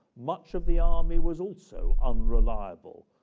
much of the army was also unreliable.